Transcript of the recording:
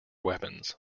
weapons